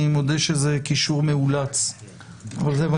אני מודה שזה קישור מאולץ אבל זה מה